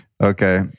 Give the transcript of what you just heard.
Okay